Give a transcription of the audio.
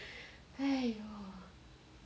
!aiyo!